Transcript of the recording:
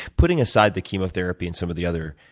putting aside the chemotherapy and some of the other